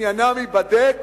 עניינם ייבדק,